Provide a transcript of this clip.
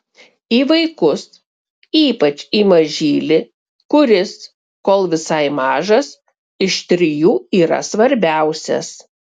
į vaikus ypač į mažylį kuris kol visai mažas iš trijų yra svarbiausias